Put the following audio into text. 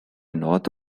north